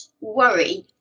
worry